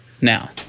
now